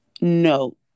no